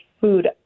food